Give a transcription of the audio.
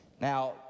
Now